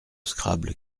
scrabble